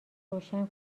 روشن